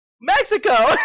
Mexico